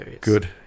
good